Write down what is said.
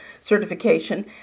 certification